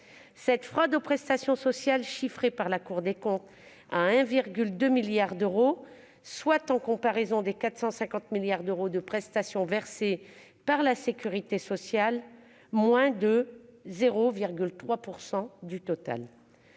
Cette fraude aux prestations sociales est chiffrée par la Cour des comptes à 1,2 milliard d'euros, qu'il faut mettre en regard des 450 milliards d'euros de prestations versées par la sécurité sociale, soit moins de 0,3 % du total.